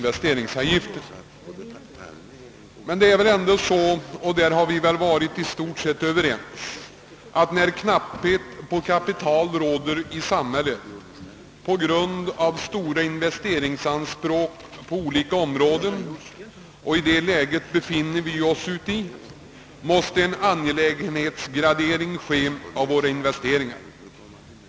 Vi har väl i stort sett varit överens om att när knapphet på kapital råder i samhället på grund av stora investeringsanspråk på olika områden — och i ett sådant läge befinner vi oss — måste en angelägenhetsgradering av våra investeringar göras.